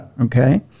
Okay